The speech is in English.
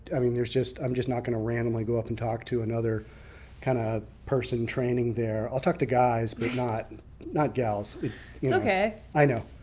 i mean i'm just um just not going to randomly go up and talk to another kind of person training there. i'll talk to guys but not not girls. it's okay. i know,